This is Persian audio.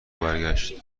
برگشت